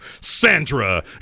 Sandra